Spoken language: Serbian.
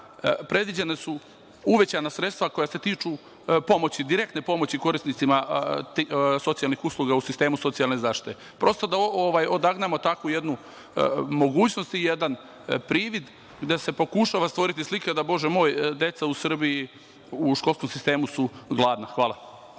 predviđena su uvećana sredstva koja se tiču direktne pomoći korisnicima socijalnih usluga u sistemu socijalne zaštite. Prosto da odagnamo takvu jednu mogućnost i jedan privid gde se pokušava stvoriti slika da, bože moj, deca u Srbiji u školskom sistemu su gladna. Hvala.